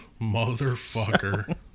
motherfucker